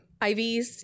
IVs